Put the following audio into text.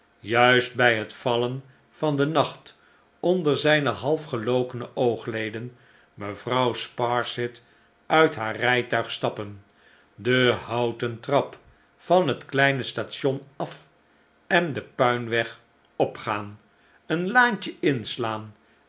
juist bij het vallen van den nacht onder zijne half gelokene oogleden mevrouw sparsit uit haar rijtuig stappen de houten trap van hetkleine station af en den puinweg opgaan een laantje inslaan